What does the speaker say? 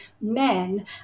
men